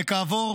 וכעבור